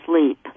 sleep